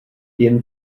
jen